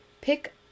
Pick